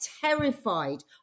terrified